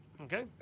Okay